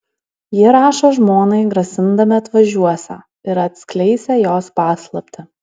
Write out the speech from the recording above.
jie rašo žmonai grasindami atvažiuosią ir atskleisią jos paslaptį